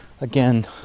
again